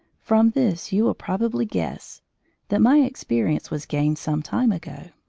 from this you will probably guess that my experience was gained some time ago,